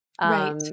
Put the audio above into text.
Right